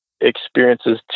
experiences